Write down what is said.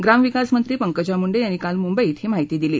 ग्रामविकास मंत्री पंकजा मुंडे यांनी काल मुंबईत ही माहिती दिली